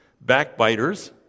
backbiters